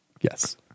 Yes